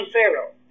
Pharaoh